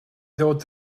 ddod